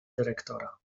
dyrektora